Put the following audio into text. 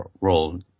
role